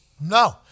No